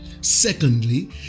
secondly